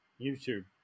youtube